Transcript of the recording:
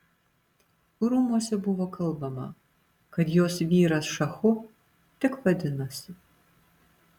rūmuose buvo kalbama kad jos vyras šachu tik vadinasi